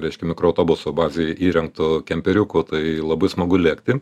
reiškia mikroautobuso bazėj įrengtu kemperiuku tai labai smagu lėkti